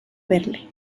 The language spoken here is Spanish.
verle